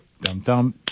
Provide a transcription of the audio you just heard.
Dum-dum